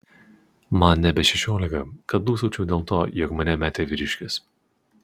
man nebe šešiolika kad dūsaučiau dėl to jog mane metė vyriškis